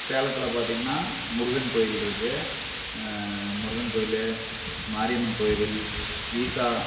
சேலத்தில் பார்த்தீங்கன்னா முருகன் கோவில் இருக்குது முருகன் கோயில் மாரியம்மன் கோவில் ஈஷா